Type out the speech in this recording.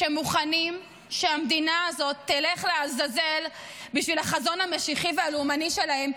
שמוכנים שהמדינה הזאת תלך לעזאזל בשביל החזון המשיחי והלאומני שלהם.